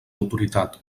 autoritat